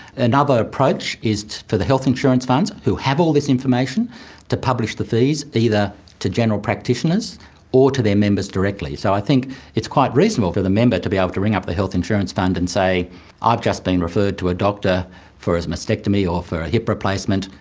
another approach is for the health insurance funds who have all this information to publish the fees, either to general practitioners or to their members directly. so i think it's quite reasonable for the member to be able to ring up the health insurance fund and say i've just been referred to a doctor for a mastectomy or for a hip replacement,